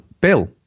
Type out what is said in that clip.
bill